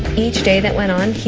each day that went on, he